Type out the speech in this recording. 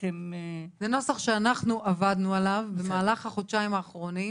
זה נוסח שאנחנו עבדנו עליו במהלך החודשיים האחרונים.